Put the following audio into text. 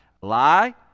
Lie